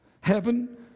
Heaven